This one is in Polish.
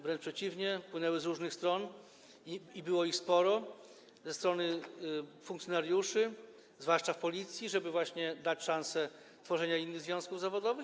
Wręcz przeciwnie, płynęły z różnych stron i było ich sporo ze strony funkcjonariuszy, zwłaszcza w Policji, żeby dać szansę tworzenia innych związków zawodowych.